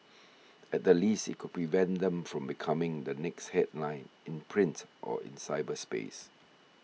at the least it could prevent them from becoming the next headline in print or in cyberspace